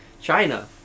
China